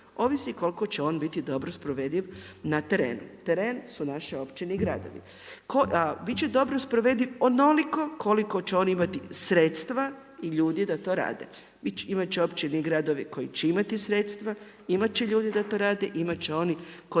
ovisi koliko će on biti dobro sprovediv na terenu. Teren su naše općine i gradovi. A biti će dobro sprovediv, onoliko koliko će oni imati sredstva i ljudi da to rade. Imate će općine i gradovi koji će imati sredstva, imati će ljudi da to rade i imati će oni koji